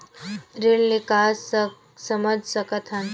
ऋण ले का समझ सकत हन?